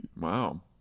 Wow